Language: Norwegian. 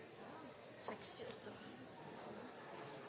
68